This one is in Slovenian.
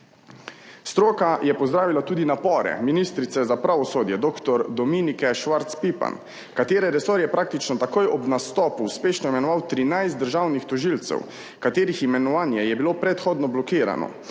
Stroka je pozdravila tudi napore ministrice za pravosodje dr. Dominike Švarc Pipan, katere resor je praktično takoj ob nastopu uspešno imenoval 13 državnih tožilcev, katerih imenovanje je bilo predhodno blokirano,